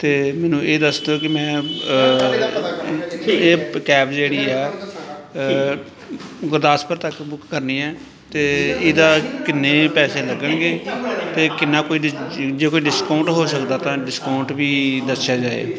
ਅਤੇ ਮੈਨੂੰ ਇਹ ਦੱਸ ਦਿਓ ਕਿ ਮੈਂ ਇਹ ਕੈਬ ਜਿਹੜੀ ਆ ਗੁਰਦਾਸਪੁਰ ਤੱਕ ਬੁੱਕ ਕਰਨੀ ਹੈ ਅਤੇ ਇਹਦਾ ਕਿੰਨੇ ਪੈਸੇ ਲੱਗਣਗੇ ਅਤੇ ਕਿੰਨਾ ਕੁਝ ਜੇ ਕੋਈ ਡਿਸਕਾਊਂਟ ਹੋ ਸਕਦਾ ਤਾਂ ਡਿਸਕਾਊਂਟ ਵੀ ਦੱਸਿਆ ਜਾਵੇ